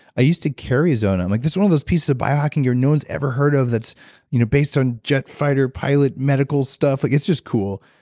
i used to carry zona. like this is one of those pieces of biohacking that no one's ever heard of that's you know based on jet fighter pilot medical stuff. like it's just cool,